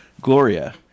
Gloria